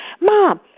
mom